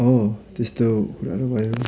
हो त्यस्तो कुराहरू भयो